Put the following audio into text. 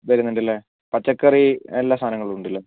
വരുന്നുണ്ട് അല്ലെ പച്ചക്കറി എല്ലാ സാധനങ്ങളും ഉണ്ടല്ലേ